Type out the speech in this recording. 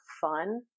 fun